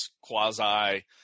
quasi